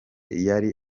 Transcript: yari